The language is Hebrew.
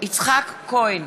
יצחק כהן,